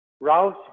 Rouse